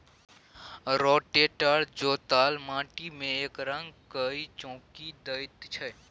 rotator जोतल माटि मे एकरंग कए चौकी दैत छै